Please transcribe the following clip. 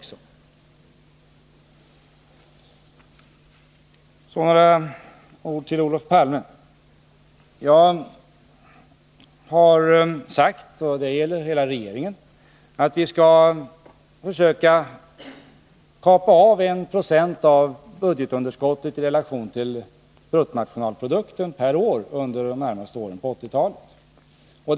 Så några ord till Olof Palme. Jag har sagt, och det står hela regeringen bakom, att vi skall försöka kapa av 1 96 av budgetunderskottet i relation till bruttonationalprodukten per år under de närmaste åren på 1980-talet.